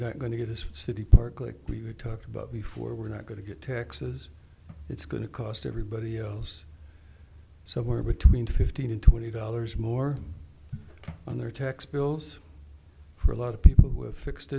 not going to get this city park like we've talked about before we're not going to get taxes it's going to cost everybody else somewhere between fifteen and twenty dollars more on their tax bills for a lot of people who have fixed